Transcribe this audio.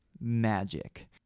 magic